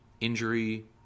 injury